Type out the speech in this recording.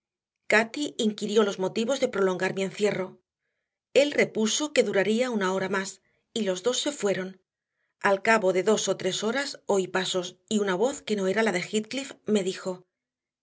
cati inquirió los motivos de prolongar mi encierro él repuso que duraría una hora más y los dos se fueron al cabo de dos o tres horas oí pasos y una voz que no era la de heathcliff me dijo